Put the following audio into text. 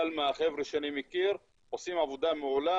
סלימה והחבר'ה שאני מכיר עושים עבודה מעולה,